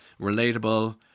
relatable